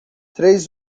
três